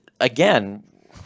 again